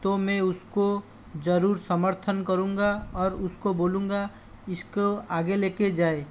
तो मैं उसको जरूर समर्थन करूँगा और उसको बोलूँगा इसको आगे लेके जाए